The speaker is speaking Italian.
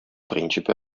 principe